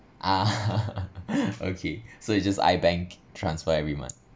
ah okay so it's just ibank transfer every month